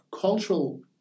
cultural